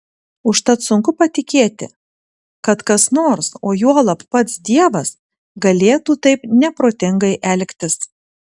užtat sunku patikėti kad kas nors o juolab pats dievas galėtų taip neprotingai elgtis